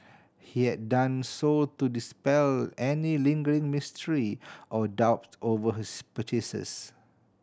he had done so to dispel any lingering mystery or doubt over his purchases